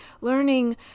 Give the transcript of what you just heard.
learning